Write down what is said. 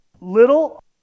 little